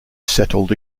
settled